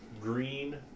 green